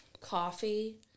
coffee